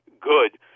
good